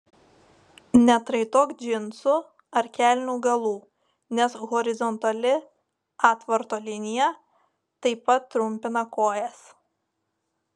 neatraitok džinsų ar kelnių galų nes horizontali atvarto linija taip pat trumpina kojas